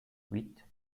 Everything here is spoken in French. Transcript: huit